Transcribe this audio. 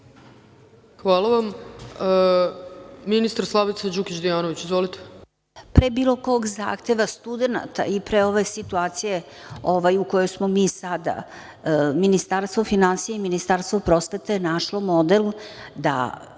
Hvala vam. Ministar Slavica Đukić Dejanović. **Slavica Đukić Dejanović** Pre bilo kog zahteva studenata i pre ove situacije u kojoj smo mi sada, Ministarstvo finansija i Ministarstvo prosvete našlo je model da